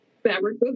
fabric